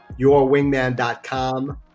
yourwingman.com